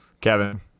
Kevin